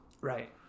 Right